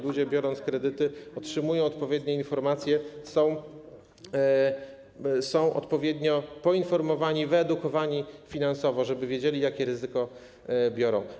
Ludzie, biorąc kredyty, otrzymują odpowiednie informacje i są odpowiednio poinformowani, wyedukowani finansowo, żeby wiedzieli, jakie ryzyko na siebie biorą.